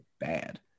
bad